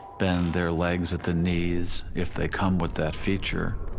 bend their legs at the knees, if they come with that feature,